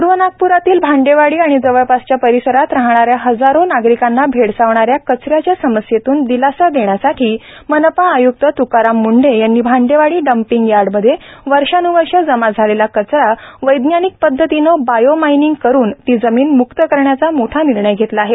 पूर्व नागपूरातील भांडेवाडी आणि जवळपासच्या परिसरात राहणा या हजारो नागरिकांना भेसडवणा या कच याच्या समस्येतून दिलासा देण्यासाठी मनपा आयक्त तुकाराम मुंढे यांनी भांडेवाडी डंम्पिग यार्डमध्ये वर्षान्वर्षे जमा झालेला कचरा वैज्ञानिक पध्दतीने बायोमायनिंग करुन ती जमीन मुक्त करण्याचा मोठा निर्णय घेतला आहे